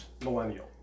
millennial